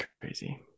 crazy